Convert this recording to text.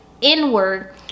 inward